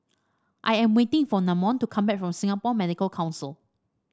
I am waiting for Namon to come back from Singapore Medical Council